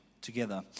together